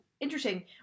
interesting